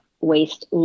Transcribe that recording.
waste